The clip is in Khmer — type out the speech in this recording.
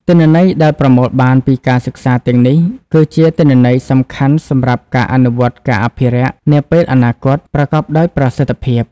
ទិន្នន័យដែលប្រមូលបានពីការសិក្សាទាំងនេះ គឺជា ទិន្នន័យសំខាន់សម្រាប់ការអនុវត្តការអភិរក្សនាពេលអនាគត ប្រកបដោយប្រសិទ្ធភាព។